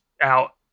out